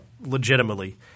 legitimately